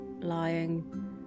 lying